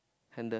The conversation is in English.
handle